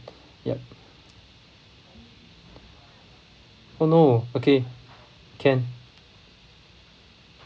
yup oh no okay can